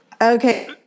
Okay